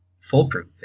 foolproof